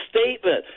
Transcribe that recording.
statement